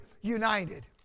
united